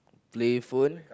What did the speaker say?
play phone